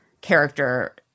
character